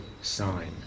sign